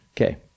Okay